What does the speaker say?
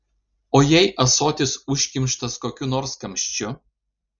o jei ąsotis užkimštas kokiu nors kamščiu